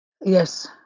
Yes